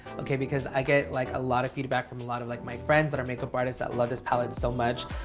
okay. because i get like a lot of feedback from a lot of like my friends that are makeup artists that love this palette so much.